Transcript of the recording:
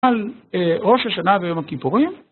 על ראש השנה ויום הכיפורים